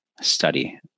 study